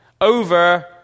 over